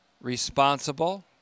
responsible